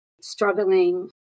struggling